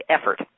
effort